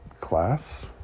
class